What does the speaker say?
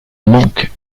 manque